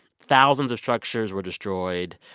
thousands of structures were destroyed,